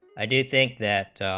i do think that,